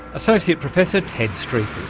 associate professor ted striphas,